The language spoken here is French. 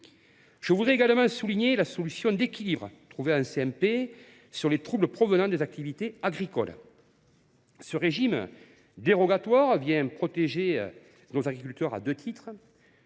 Je voudrais également saluer la solution équilibrée trouvée en CMP sur les troubles provenant des activités agricoles. Ce régime dérogatoire vient protéger les agriculteurs à deux titres,